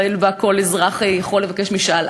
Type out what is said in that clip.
לקריאה שנייה ולקריאה שלישית.